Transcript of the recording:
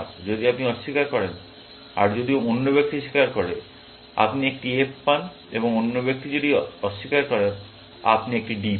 যদি আপনি অস্বীকার করেন আর যদি অন্য ব্যক্তি স্বীকার করে আপনি একটি F পান এবং অন্য ব্যক্তি যদি অস্বীকার করেন আপনি একটি D পান